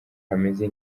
hameze